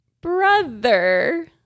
brother